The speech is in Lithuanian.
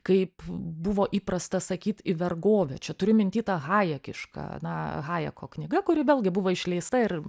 kaip buvo įprasta sakyt į vergovę čia turiu minty tą hajekišką na hajeko knyga kuri vėlgi buvo išleista ir